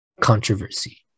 Controversy